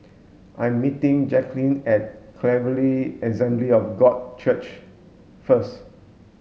I'm meeting Jacklyn at Calvary Assembly of God Church first